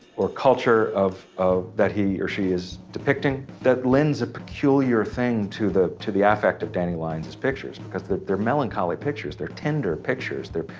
or culture of, of that he or she is depicting that lends a peculiar thing to the, to the affect of danny lyons's pictures because they, they're melancholic pictures. they're tender pictures. they're,